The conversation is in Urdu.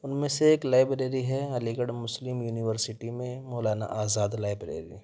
ان میں سے ایک لائبریری ہے علیگڑھ مسلم یونیورسٹی میں مولانا آزاد لائبریری